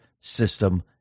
system